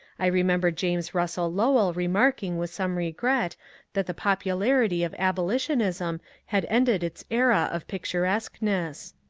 i remember james russell lowell remarking with some regret that the popularity of abolitionism had ended its era of picturesqueness.